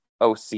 OC